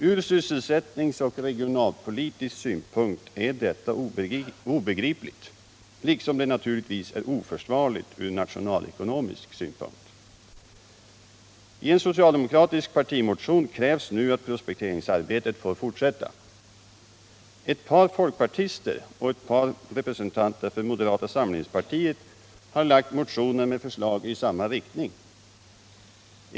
Från sysselsättningsoch regionalpolitisk synpunkt är detta obegripligt, liksom det naturligtvis är oförsvarligt från nationalekonomisk synpunkt. I en socialdemokratisk partimotion krävs nu att prospekteringsarbetet får fortsätta. har lagt motioner med förslag i samma riktning.